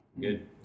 Good